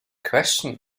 question